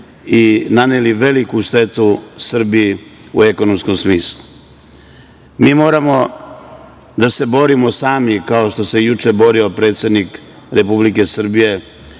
i naneli veliku štetu Srbiji u ekonomskom smislu. Mi moramo da se borimo sami, kao što se juče borio predsednik Republike Srbije